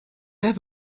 have